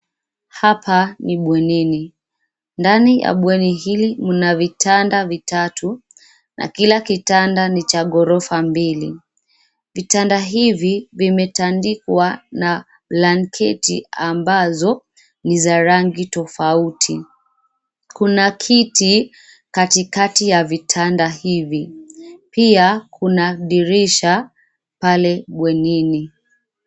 Hapa ni bwenini, ndani ya bweni hili mna vitanda vitatu na kila kitanda ni cha ghorofa mbili. Vitanda hivi vimetandikwa na blanketi ambazo ni za rangi tofauti. Kuna kiti katikati ya vitanda hivi pia kuna dirisha pale bwenini.